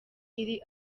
iri